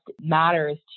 matters